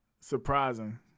Surprising